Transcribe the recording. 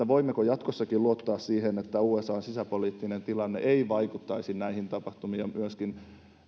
voimmeko jatkossakin luottaa siihen että usan sisäpoliittinen tilanne ei vaikuttaisi näihin tapahtumiin ja myöskin se